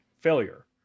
failure